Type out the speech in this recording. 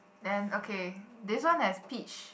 and okay this one has peach